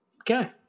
Okay